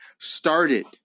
started